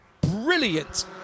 brilliant